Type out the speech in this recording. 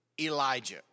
Elijah